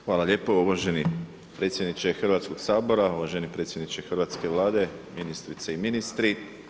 Hvala lijepo uvaženi predsjedniče Hrvatskog sabora, uvaženi predsjedniče hrvatske Vlade, ministrice i ministri.